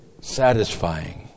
satisfying